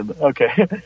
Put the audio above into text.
Okay